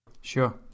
Sure